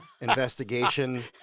investigation